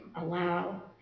allow